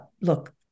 look